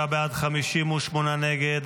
47 בעד, 58 נגד.